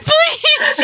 Please